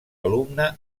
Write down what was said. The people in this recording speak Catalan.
alumne